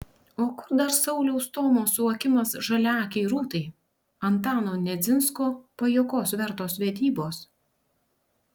o kur dar sauliaus stomos suokimas žaliaakei rūtai antano nedzinsko pajuokos vertos vedybos